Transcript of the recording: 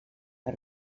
per